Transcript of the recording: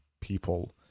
people